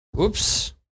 Oops